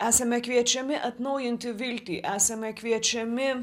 esame kviečiami atnaujinti viltį esame kviečiami